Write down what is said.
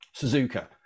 Suzuka